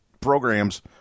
programs